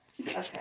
Okay